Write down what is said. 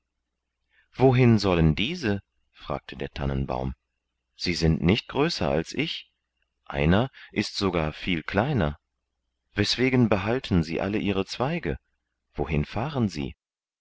wohin sollen diese fragte der tannenbaum sie sind nicht größer als ich einer ist sogar viel kleiner weswegen behalten sie alle ihre zweige wohin fahren sie